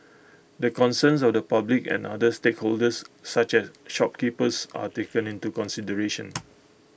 the concerns of the public and other stakeholders such as shopkeepers are taken into consideration